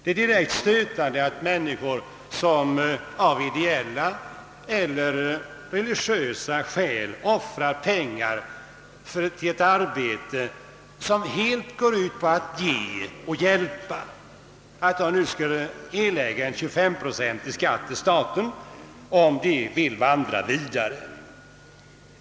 Det är direkt stötande att människor, som av ideella eller religiösa skäl offrar pengar till ett arbete som helt går ut på att ge och hjälpa, nu skall erlägga en 25-procentig avgift till staten om de vill vand Ta vidare.